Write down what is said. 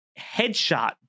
Headshot